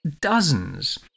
dozens